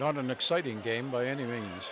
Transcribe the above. not an exciting game by any means